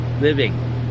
living